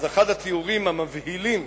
אז אחד התיאורים המבהילים,